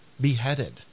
beheaded